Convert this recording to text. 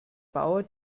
bauer